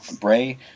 Bray